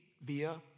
via